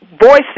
voices